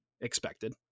expected